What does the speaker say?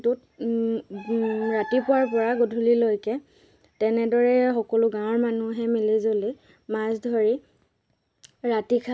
এইটো খুৱালে মাছ বহুত বৃদ্ধি পায় বৃদ্ধি হয় তাৰ পিছত মাছ মাছ যেতিয়া খোৱা খাব পৰা যায় খাব পৰা হয় তেতিয়া